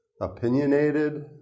opinionated